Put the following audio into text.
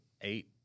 eight